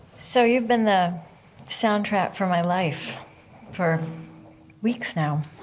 so you've been the soundtrack for my life for weeks now